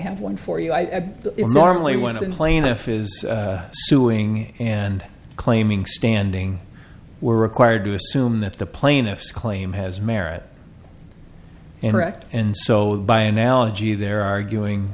have one for you i normally was the plaintiff is suing and claiming standing were required to assume that the plaintiff's claim has merit interact and so by analogy they're arguing